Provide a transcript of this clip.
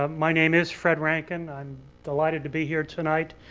um my name is fred rankin. i'm delighted to be here tonight.